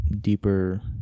deeper